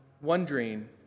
wondering